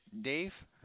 Dave